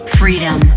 freedom